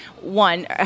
One